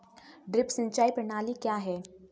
Drip सिंचाई प्रणाली क्या है?